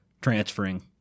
transferring